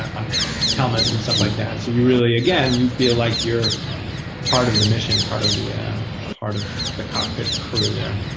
ah and helmets, and stuff like that. so you really again, you feel like you're part of the mission, part of the part of the cockpit, the crew there.